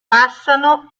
passano